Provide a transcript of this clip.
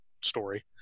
story